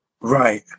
Right